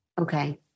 Okay